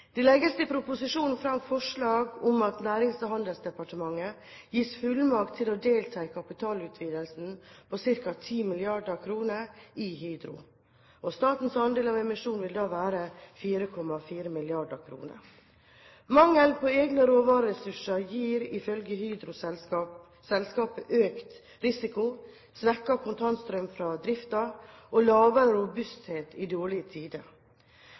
Det legges i proposisjonen fram forslag om at Nærings- og handelsdepartementet gis fullmakt til å delta i en kapitalutvidelse på ca. 10 mrd. kr i Hydro, og statens andel av emisjonen vil da være ca. 4,4 mrd. kr. Mangel på egne råvareressurser gir ifølge Hydro selskapet økt risiko, svekket kontantstrøm fra driften og lavere robusthet i dårlige tider.